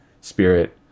spirit